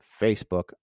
Facebook